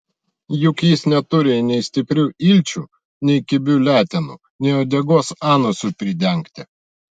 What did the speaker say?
juk jis neturi nei stiprių ilčių nei kibių letenų nei uodegos anusui pridengti